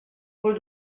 rue